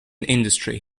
industry